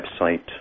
website